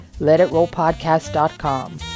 letitrollpodcast.com